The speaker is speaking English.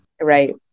Right